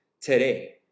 today